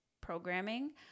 programming